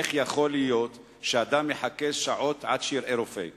איך יכול להיות שאדם מחכה שעות עד שיראה רופא?